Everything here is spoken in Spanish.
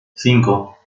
cinco